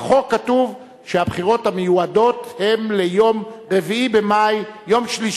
בחוק כתוב שהבחירות מיועדות ליום שלישי,